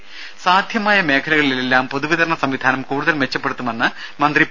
രുടെ സാധ്യമായ മേഖലകളിലെല്ലാം പൊതുവിതരണ സംവിധാനം കൂടുതൽ മെച്ചപ്പെടുത്തുമെന്ന് മന്ത്രി പി